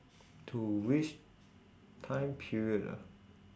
to which time period ah